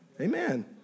Amen